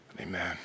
Amen